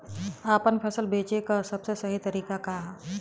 आपन फसल बेचे क सबसे सही तरीका का ह?